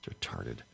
retarded